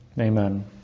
Amen